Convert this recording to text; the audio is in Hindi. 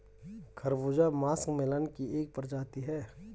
खरबूजा मस्कमेलन की एक प्रजाति है